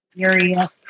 area